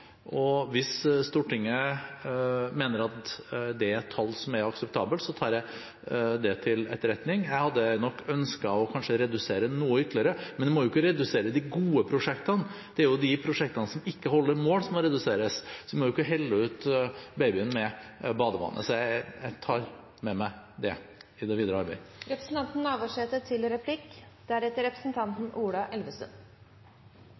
og hvis Stortinget mener at det er et tall som er akseptabelt, tar jeg det til etterretning. Jeg hadde nok ønsket å redusere det noe ytterligere. Men en må ikke redusere de gode prosjektene, det er de prosjektene som ikke holder mål, som må reduseres; en må ikke helle ut barnet med badevannet. Så jeg tar med meg det i det videre